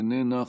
איננה,